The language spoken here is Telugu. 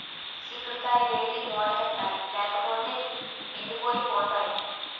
సిక్కుడు కాయిలేరి మూటకెత్తాలి లేపోతేయ్ ఎండిపోయి పోతాయి